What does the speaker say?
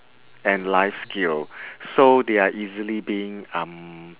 and life skill so they are easily being um